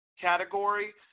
category